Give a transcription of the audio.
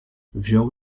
wziął